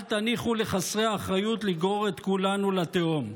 אל תניחו לחסרי האחריות לגרור את כולנו לתהום.